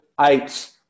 eight